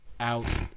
out